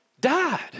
died